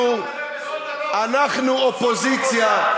אנחנו אופוזיציה.